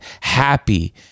happy